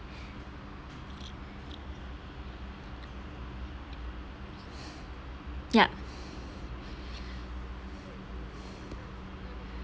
ya